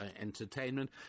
entertainment